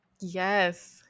Yes